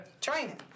Training